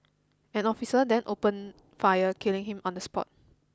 an officer then opened fire killing him on the spot